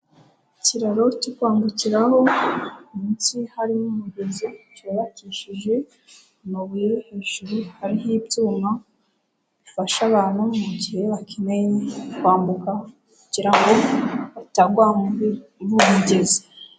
Ikiraro cyo kwambukiraho, munsi hari umugezi, cyubakishije amabuye, hejuru hariho ibyuma, bifash abantu mugihe bakeneye kwambuka kugira ngo batagwa muri uwo mugezi.